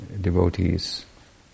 devotees